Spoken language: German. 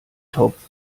topf